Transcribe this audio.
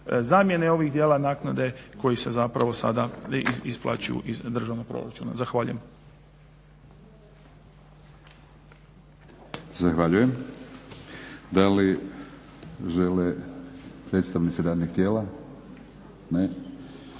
zamjene ovih dijela naknade koji se zapravo sada isplaćuju iz državnog proračuna. Zahvaljujem. **Batinić, Milorad (HNS)** Zahvaljujem. Da li žele predstavnici radnih tijela? Ne.